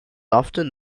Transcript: often